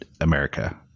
America